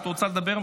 את רוצה לדבר,